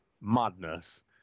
madness